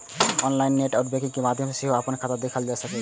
online net banking के माध्यम सं सेहो अपन खाता देखल जा सकैए